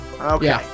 okay